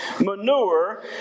manure